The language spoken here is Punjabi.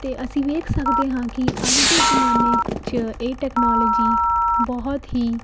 ਅਤੇ ਅਸੀਂ ਵੇਖ ਸਕਦੇ ਹਾਂ ਕਿ ਅੱਜ ਦੇ ਜ਼ਮਾਨੇ 'ਚ ਇਹ ਟੈਕਨੋਲੋਜੀ ਬਹੁਤ ਹੀ